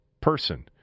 person